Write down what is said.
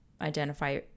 identify